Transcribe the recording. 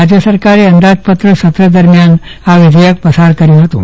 રાજ્ય સરકારે અંદાજપત્ર સત્ર દરમિયાન આ વિધેયક પસાર કર્યું હતું